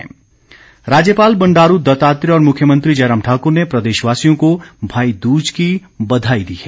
बधाई राज्यपाल बंडारू दत्तात्रेय और मुख्यमंत्री जयराम ठाक्र ने प्रदेशवासियों को भाई दूज की बधाई दी है